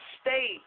state